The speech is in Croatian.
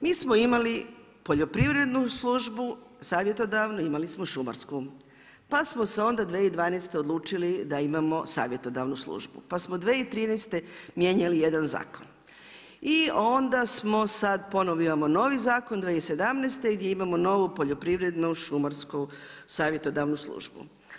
Mi smo imali poljoprivrednu službu, savjetodavnu, imali smo i šumarsku pa smo se onda 2012. odlučili da imamo savjetodavnu službu pa smo 2013, mijenjali jedan zakon i onda sad ponovno imamo novi zakon 2017. gdje imamo novu poljoprivrednu šumarsku savjetodavnu službu.